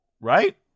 Right